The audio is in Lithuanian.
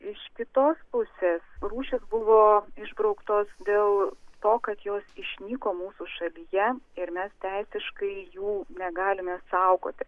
iš kitos pusės rūšys buvo išbrauktos dėl to kad jos išnyko mūsų šalyje ir mes teisiškai jų negalime saugoti